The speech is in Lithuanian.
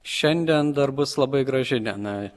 šiandien dar bus labai graži diena